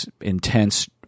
intense